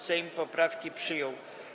Sejm poprawki przyjął.